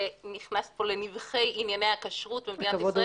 ונכנסת פה לנבכי ענייני הכשרות במדינת ישראל